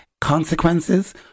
consequences